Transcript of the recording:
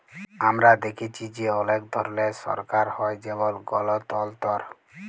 আমরা দ্যাখেচি যে অলেক ধরলের সরকার হ্যয় যেমল গলতলতর